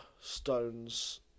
Stones